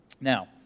Now